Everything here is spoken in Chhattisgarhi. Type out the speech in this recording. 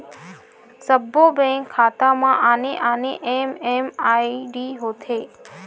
सब्बो बेंक खाता म आने आने एम.एम.आई.डी होथे